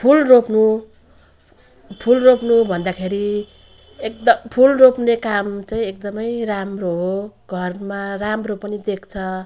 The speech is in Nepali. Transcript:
फुल रोप्नु फुल रोप्नु भन्दाखेरि एकदम फुल रोप्ने काम चाहिँ एकदमै राम्रो हो घरमा राम्रो पनि देख्छ